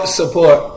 support